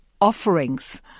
offerings